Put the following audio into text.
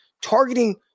targeting